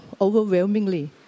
overwhelmingly